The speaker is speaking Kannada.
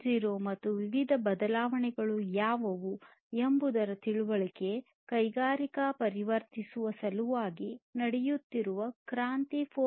0 ಮತ್ತು ವಿವಿಧ ಬದಲಾವಣೆಗಳು ಯಾವುವು ಎಂಬುದರ ತಿಳುವಳಿಕೆ ಕೈಗಾರಿಕೆಯಾಗಿ ಪರಿವರ್ತಿಸುವ ಸಲುವಾಗಿ ನಡೆಯುತ್ತಿರುವ ಕ್ರಾಂತಿ 4